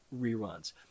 reruns